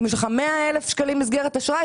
ואם יש לך 100 אלף שקלים מסגרת אשראי,